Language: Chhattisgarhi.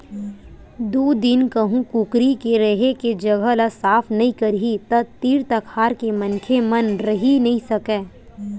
दू दिन कहूँ कुकरी के रेहे के जघा ल साफ नइ करही त तीर तखार के मनखे मन रहि नइ सकय